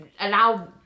allow